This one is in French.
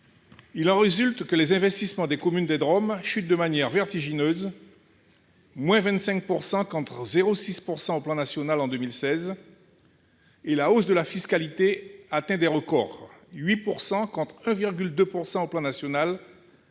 Il en résulte que les investissements des communes des DROM chutent de manière vertigineuse- moins 25 % contre 0,6 % au plan national en 2016 -, et la hausse de la fiscalité atteint des records- 8 % contre 1,2 % à l'échelon national